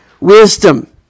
wisdom